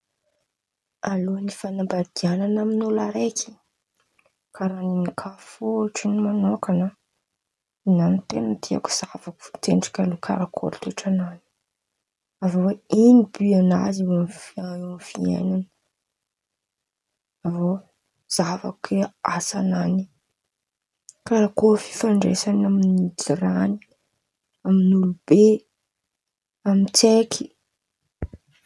Alôhan̈y fanambadian̈ana amy olo araiky, karàha ninakà fo ôhatra manôkan̈a, nina ten̈a tiako zahavako fo ankendriky aloha karakôry toetran̈any, avy eo ino bionazy eo amy fiainan̈a, avy eo zahako oe asanany, karakôry fifandraisan̈y amy jiran̈y, amy olobe, amy tsaiky.